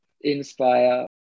inspire